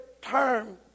term